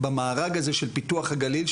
במארג הזה של פיתוח הגליל,